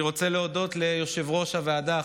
אני רוצה להודות ליושב-ראש הוועדה,